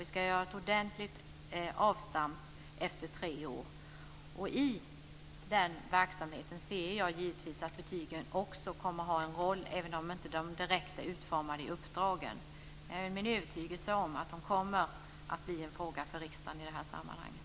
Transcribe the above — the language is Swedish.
Vi ska göra ett ordentligt avstamp efter tre år. I den verksamheten ser jag givetvis att betygen också kommer att ha en roll, även om de inte är direkt utformade i uppdragen. Det är min övertygelse att de kommer att bli en fråga för riksdagen i det här sammanhanget.